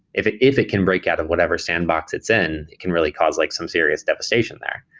if it if it can break out of whatever sandbox it's in, it can really cause like some serious devastation there.